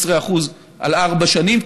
15% על ארבע שנים.